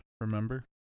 Remember